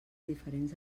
diferents